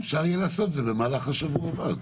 אפשר יהיה לעשות את זה במהלך השבוע הבא.